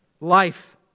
life